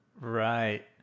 Right